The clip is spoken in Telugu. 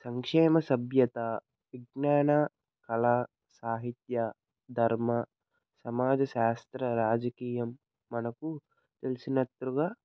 సంక్షేమ సభ్యత విజ్ఞాన కళ సాహిత్య ధర్మ సమాజ శాస్త్ర రాజకీయం మనకు తెలిసినట్లుగా